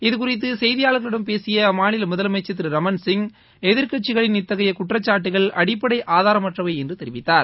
இது குறித்து செய்தியாளர்களிடம் பேசிய அம்மாநில முதலமைச்சர் திரு ரமன்சிங் எதிர்கட்சிகளின் இத்தகைய குற்றச்சாட்டுகள் அடிப்படை ஆதாரமற்றவை என்று தெரிவித்தார்